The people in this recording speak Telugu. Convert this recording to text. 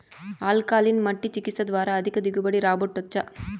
ఆల్కలీన్ మట్టి చికిత్స ద్వారా అధిక దిగుబడి రాబట్టొచ్చా